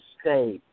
state